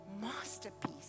masterpiece